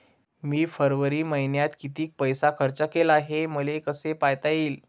मी फरवरी मईन्यात कितीक पैसा खर्च केला, हे मले कसे पायता येईल?